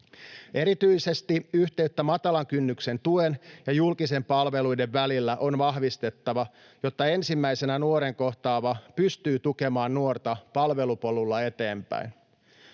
Erityisesti yhteyttä matalan kynnyksen tuen ja julkisten palveluiden välillä on vahvistettava, jotta ensimmäisenä nuoren kohtaava pystyy tukemaan nuorta palvelupolulla eteenpäin.